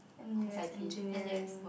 n_u_s engineering